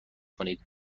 کنید